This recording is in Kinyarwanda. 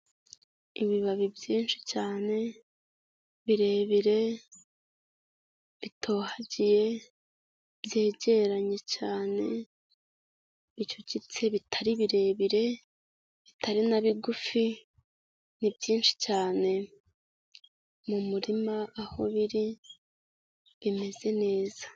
Ibibabi byinshi cyane, birebire, bitohagiye, byegeranye cyane, bicucitse bitari birebire, bitari na bigufi, ni byinshi cyane. Mu murima aho biri bimeze neza.